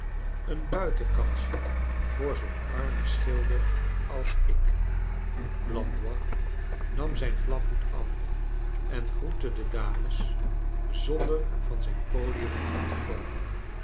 een buitenkansje voor zoo'n armen schilder als ik blandois nam zijn flaphoed af en groette de dames zonder van zijn podium af te komen